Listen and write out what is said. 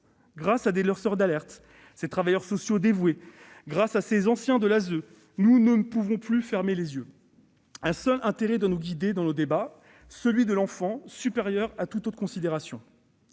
Grâce à des lanceurs d'alerte, à des travailleurs sociaux dévoués et à d'anciens de l'ASE, nous ne pouvons plus fermer les yeux. Un seul intérêt doit guider nos débats : celui de l'enfant, supérieur à toute autre considération.